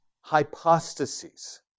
hypostases